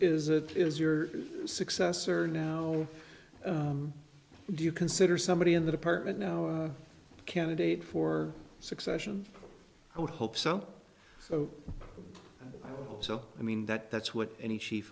s it is your successor now do you consider somebody in the department now a candidate for succession i would hope so so i mean that that's what any